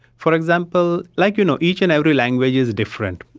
for example, like you know each and every language is different,